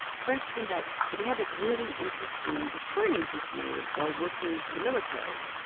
frank screamed out that he had this really interesting recording he'd made while working for the military.